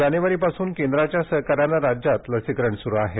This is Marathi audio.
जानेवारीपासून केंद्राच्या सहकार्यानं राज्यात लसीकरण सुरु आहे